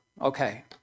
Okay